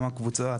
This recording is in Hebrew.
גם הקבוצה,